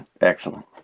Excellent